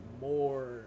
more